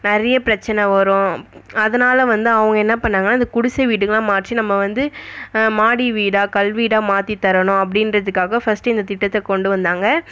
நிறைய பிரச்சனை வரும் அதனால் வந்து அவங்க என்ன பண்ணாங்கன்னா இந்த குடிசை வீடுகளாக மாற்றி நம்ம வந்து மாடி வீடா கல் வீடா மாற்றி தரணும் அப்படின்றதுக்காக ஃபர்ஸ்ட்டு இந்த திட்டத்தை கொண்டு வந்தாங்க